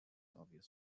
obvious